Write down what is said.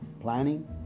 planning